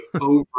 over